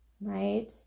right